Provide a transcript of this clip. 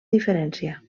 diferència